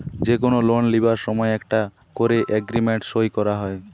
যে কুনো লোন লিবার সময় একটা কোরে এগ্রিমেন্ট সই কোরা হয়